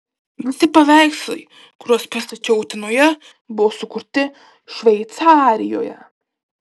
visi paveikslai kuriuos pristačiau utenoje buvo sukurti šveicarijoje